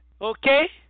okay